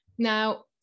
Now